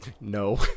No